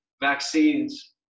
vaccines